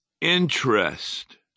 interest